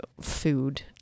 food